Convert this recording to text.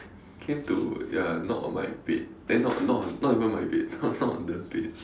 came to ya knock on my bed eh not not not even my bed knock knock on the bed